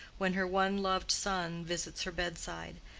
when her one loved son visits her bedside,